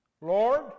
Lord